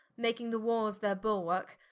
making the warres their bulwarke,